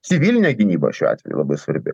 civilinė gynyba šiuo atveju labai svarbi